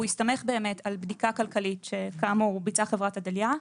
שהסתמך על בדיקה כלכלית שביצעה חברת עדליא,